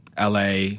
LA